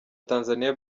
tanzania